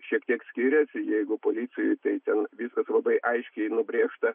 šiek tiek skiriasi jeigu policijoj tai ten vyksta labai aiškiai nubrėžta